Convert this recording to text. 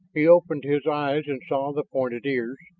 he opened his eyes and saw the pointed ears,